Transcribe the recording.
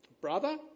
brother